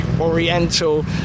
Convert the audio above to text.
oriental